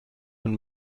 und